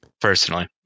personally